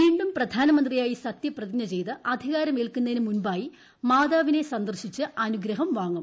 വീണ്ടും പ്രധാനമന്ത്രിയായി സത്യപ്രതിജ്ഞ ഉദ്ധിയ്ത് അധികാര മേൽക്കുന്നതിന് മുമ്പായി മാതാവിനെ സന്ദർശിച്ച് അന്ുഗ്രഹം വാങ്ങും